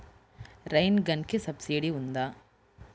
Rain గన్కి subsidy ఉందా?